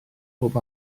bob